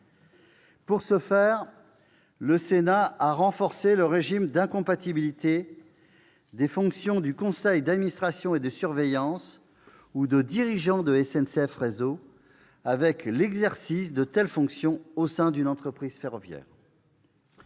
Pour ce faire, le Sénat a renforcé le régime d'incompatibilité des fonctions de membre du conseil d'administration et de surveillance ou de dirigeant de SNCF Réseau avec l'exercice de telles fonctions au sein d'une entreprise ferroviaire.